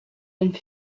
and